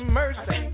mercy